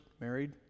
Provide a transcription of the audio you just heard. married